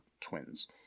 twins